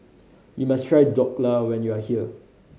you must try Dhokla when you are here